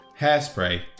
Hairspray